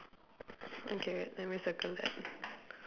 okay let me circle that